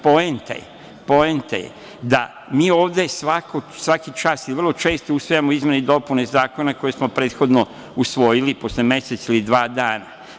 Poenta je da mi ovde svaki čas i vrlo često usvajamo izmene i dopune zakona koje smo prethodno usvojili, posle mesec ili dva dana.